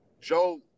Joe